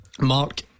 Mark